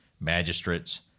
magistrates